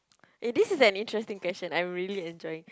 eh this is an interesting question I'm really enjoying